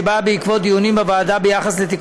שבאה בעקבות דיונים בוועדה על חוק